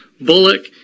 Bullock